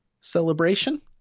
celebration